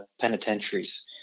penitentiaries